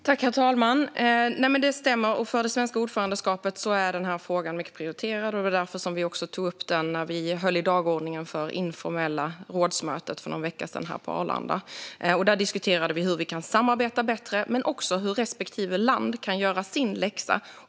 Herr talman! Det stämmer. För det svenska ordförandeskapet är den här frågan mycket prioriterad. Det är därför som vi också tog upp den när vi höll i dagordningen för det informella rådsmötet för någon vecka sedan på Arlanda. Där diskuterade vi hur vi kan samarbeta bättre och också hur respektive land kan göra sin läxa.